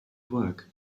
work